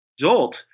result